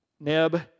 Neb